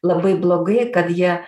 labai blogai kad jie